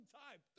time